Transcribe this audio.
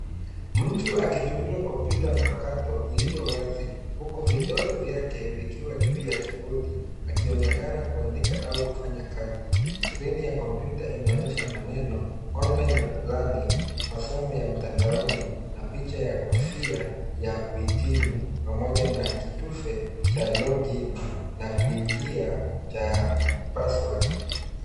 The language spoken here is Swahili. Mtu akitumia kompyuta mpakato iliyo wazi huku vidole vyake vikiwa juu ya kiibodi akionekana kuandika au kufanya kazi. Skrini ya kompyuta inaonyesha maneno online learning masomo ya mtandaoni na picha ya kofia ya kuhitimu, pamoja na kitufe cha login na kuingia cha password .